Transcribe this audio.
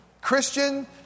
Christian